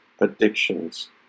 addictions